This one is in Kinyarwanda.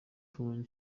kumenya